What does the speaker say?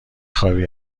خوابی